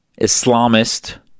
Islamist